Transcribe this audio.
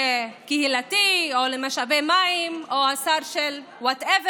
קהילתי או למשאבי מים או השר ל-whatever,